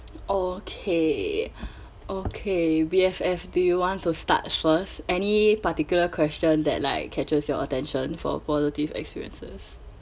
okay okay B_F_F do you want to start first any particular question that like catches your attention for positive experiences